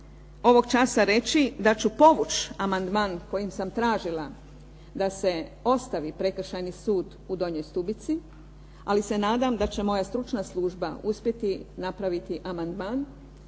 ovog časa reći da ću povući amandman kojim sam tražila da se ostavi Prekršajni sud u Donjoj Stubici ali se nadam da će moja stručna služba uspjeti napraviti amandman